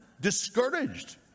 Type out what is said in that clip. discouraged